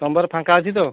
ସୋମବାର ଫାଙ୍କା ଅଛି ତ